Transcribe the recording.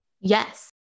Yes